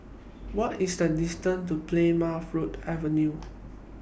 What IS The distance to Plymouth Avenue